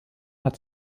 hat